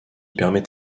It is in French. permet